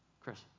Chris